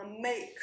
make